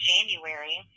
January